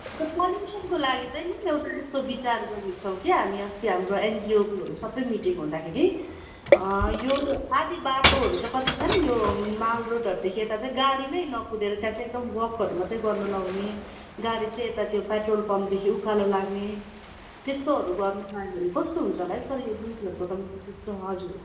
sir पोलुसनको लागि चाहिँ नि एउटा यस्तो विचार गरेक छौँ कि हामी अस्ति हाम्रो एनजीओकोहरू सबै मिटिङ हुँदाखेरि यो आदि बाटोहरू चाहिँ कति छ नि यो मालरोडहरूदेखि चाहिँ यता गाडीहरू नकुदेर त्यहाँ चाहिँ एकदम वकहरू मात्रै गर्नुलगाउने गाडी चाहिँ यता पेट्रोल पम्पदेखि उकालो लाग्ने त्यस्तोहरू गर्नुपायो भने कस्तो हुन्छ होला है सर हजुर